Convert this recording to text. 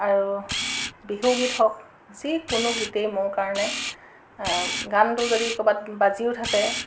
আৰু বিহুগীত হওক যিকোনো গীতেই মোৰ কাৰণে গানটো যদি ক'ৰবাত বাজিও থাকে